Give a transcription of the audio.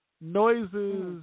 Noises